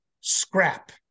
scrap